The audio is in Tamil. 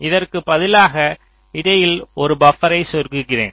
இதற்கு பதிலாக இடையில் ஒரு பபர்ரை செருகுவேன்